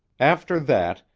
after that,